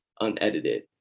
unedited